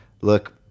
look